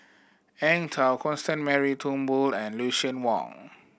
Eng Tow Constance Mary Turnbull and Lucien Wang